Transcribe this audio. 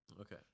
Okay